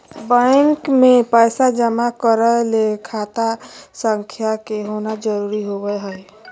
bank मे पैसा जमा करय ले खाता संख्या के होना जरुरी होबय हई